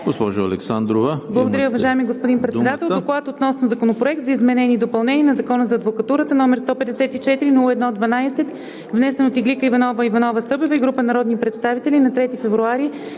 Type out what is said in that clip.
Госпожо Александрова, имате думата.